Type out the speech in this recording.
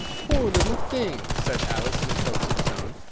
poor little thing! said alice, in a coaxing tone,